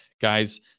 guys